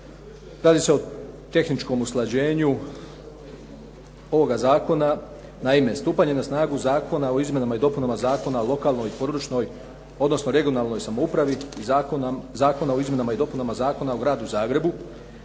Radi se o tehničkom usklađenju ovoga zakona. Naime, stupanje na snagu Zakona o izmjenama i dopunama Zakona o lokalnoj, područnoj odnosno regionalnoj samoupravi i zakona o izmjenama i dopunama Zakona o Gradu Zagrebu.